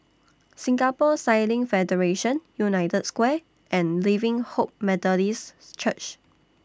Singapore Sailing Federation United Square and Living Hope Methodist Church